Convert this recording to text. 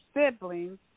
siblings